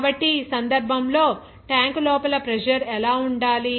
కాబట్టి ఈ సందర్భంలో ట్యాంక్ లోపల ప్రెజర్ ఎలా ఉండాలి